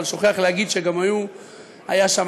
אבל שוכח להגיד שגם הוא היה שם.